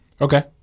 Okay